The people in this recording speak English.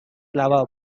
lava